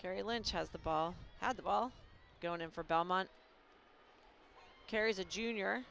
carey lynch has the ball had the ball going in for belmont carries a junior